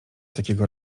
takiego